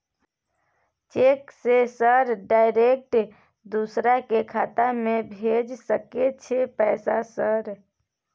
Cheque से sir direct दूसरा के खाता में भेज सके छै पैसा सर?